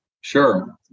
Sure